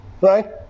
right